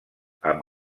amb